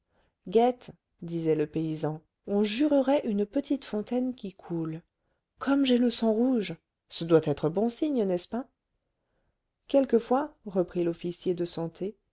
guête disait le paysan on jurerait une petite fontaine qui coule comme j'ai le sang rouge ce doit être bon signe n'est-ce pas quelquefois reprit l'officier de santé